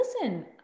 listen